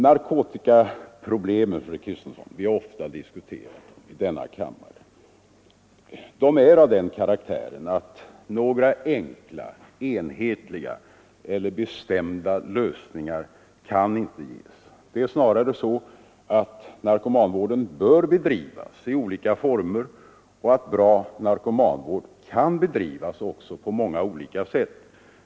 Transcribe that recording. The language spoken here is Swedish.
Narkotikaproblemen, fru Kristensson, är ofta diskuterade här i kammaren. De är av den karaktären att några enkla, enhetliga eller bestämda lösningar inte kan ges. Det är snarare så att narkomanvården bör bedrivas i olika former och att bra narkomanvård kan bedrivas på många olika sätt.